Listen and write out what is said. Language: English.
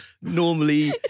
normally